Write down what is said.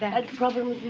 a problem